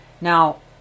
Now